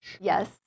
Yes